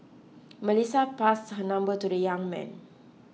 Melissa passed her number to the young man